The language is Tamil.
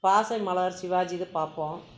பாசமலர் சிவாஜி இது பார்ப்போம்